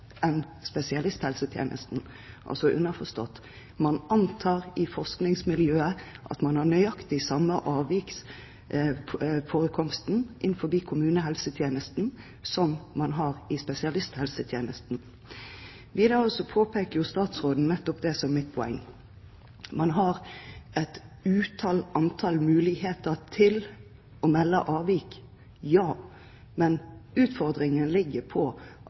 spesialisthelsetjenesten – altså underforstått: Man antar i forskningsmiljøer at man har nøyaktig den samme avviksforekomsten innenfor kommunehelsetjenesten som man har i spesialisthelsetjenesten. Videre påpeker jo statsråden nettopp det som er mitt poeng. Man har et utall antall muligheter til å melde avvik, ja, men utfordringen ligger